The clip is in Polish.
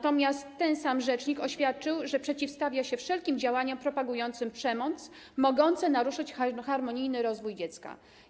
Ten sam rzecznik oświadczył, że przeciwstawia się wszelkim działaniom propagującym przemoc, mogącym naruszyć harmonijny rozwój dziecka.